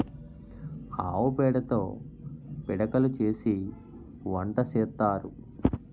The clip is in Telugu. ఆవు పేడతో పిడకలు చేసి వంట సేత్తారు